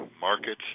markets